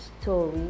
story